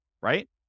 right